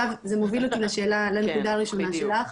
זה מוביל אותי לנקודה הראשונה שלך,